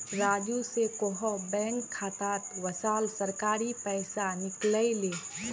राजू स कोहो बैंक खातात वसाल सरकारी पैसा निकलई ले